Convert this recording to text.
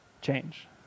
change